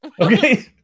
Okay